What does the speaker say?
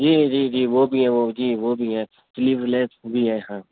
جی جی جی وہ بھی ہیں وہ جی وہ بھی ہیں سلیپلیس بھی ہے ہاں